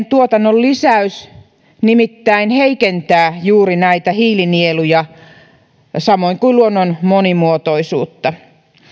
tuotannon lisäys nimittäin heikentää juuri näitä hiilinieluja samoin kuin luonnon monimuotoisuutta